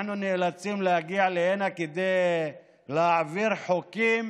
אנחנו נאלצים להגיע הנה כדי להעביר חוקים